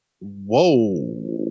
whoa